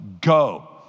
Go